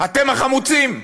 אתם החמוצים,